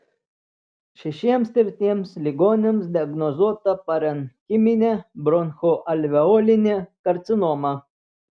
šešiems tirtiems ligoniams diagnozuota parenchiminė bronchoalveolinė karcinoma